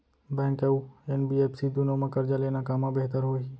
Bank अऊ NBFC दूनो मा करजा लेना कामा बेहतर होही?